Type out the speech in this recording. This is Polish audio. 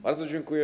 Bardzo dziękuję.